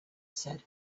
said